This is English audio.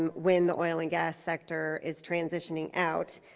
um when the oil and gas sector is transitioning out.